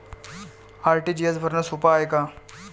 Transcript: RTGS भरनं सोप हाय का?